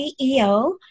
CEO